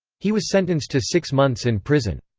he was sentenced to six months in prison.